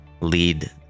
lead